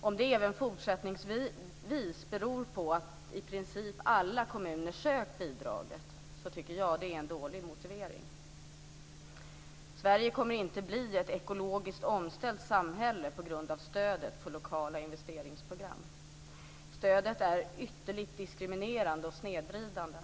Om det även fortsättningsvis beror på att i princip alla kommuner har sökt bidraget, tycker jag att det är en dålig motivering. Sverige kommer inte att bli ett ekologiskt omställt samhälle på grund av stödet för lokala investeringsprogram. Stödet är ytterligt diskriminerande och snedvridande.